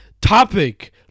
topic